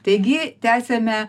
taigi tęsiame